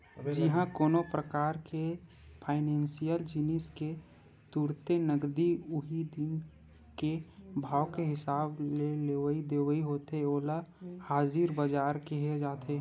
जिहाँ कोनो परकार फाइनेसियल जिनिस के तुरते नगदी उही दिन के भाव के हिसाब ले लेवई देवई होथे ओला हाजिर बजार केहे जाथे